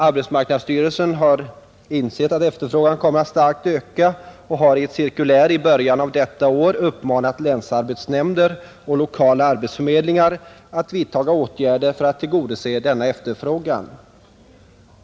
Arbetsmarknadsstyrelsen har insett att efterfrågan kommer att öka starkt och har i ett cirkulär i början av detta år uppmanat länsarbetsnämnder och lokala arbetsförmedlingar att vidtaga åtgärder för att tillgodose denna efterfrågan.